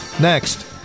next